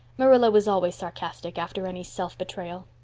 marilla was always sarcastic after any self-betrayal.